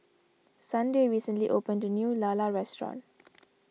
Sunday recently opened a new Lala restaurant